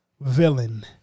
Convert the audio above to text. villain